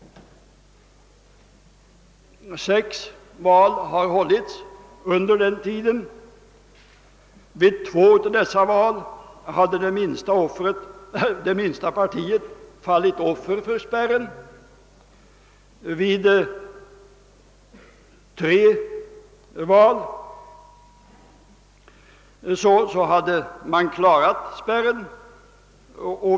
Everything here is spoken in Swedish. Sex val har hållits under den tiden. Vid två av dessa val skulle det minsta partiet ha fallit offer för spärren. Vid tre av valen hade partiet klarat spärren.